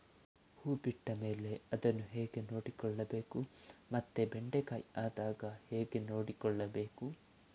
ಹೂ ಬಿಟ್ಟ ಮೇಲೆ ಅದನ್ನು ಹೇಗೆ ನೋಡಿಕೊಳ್ಳಬೇಕು ಮತ್ತೆ ಬೆಂಡೆ ಕಾಯಿ ಆದಾಗ ಹೇಗೆ ನೋಡಿಕೊಳ್ಳಬೇಕು?